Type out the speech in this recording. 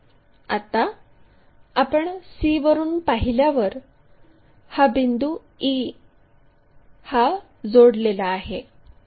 आता आपण c वरून पाहिल्यावर हा बिंदू e हा जोडलेला आहे